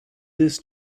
this